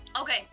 Okay